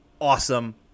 awesome